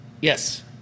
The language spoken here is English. Yes